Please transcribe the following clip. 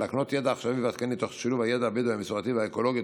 להקנות ידע עכשווי ועדכני תוך שילוב הידע הבדואי המסורתי והאקולוגי,